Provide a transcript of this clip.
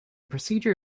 procedure